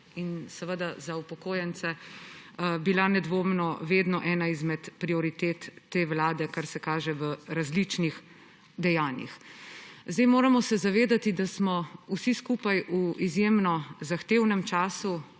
in za upokojence nedvomno vedno ena izmed prioritet te vlade, kar se kaže v različnih dejanjih. Moramo se zavedati, da smo vsi skupaj v izjemno zahtevnem času.